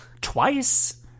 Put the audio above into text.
twice –